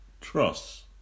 trust